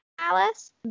Alice